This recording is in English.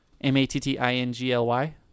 M-A-T-T-I-N-G-L-Y